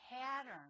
pattern